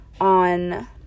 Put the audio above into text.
on